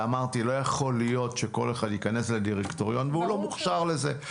ואמרתי לא יכול להיות שכל אחד יכנס לדירקטוריון והוא לא מוכשר לזה.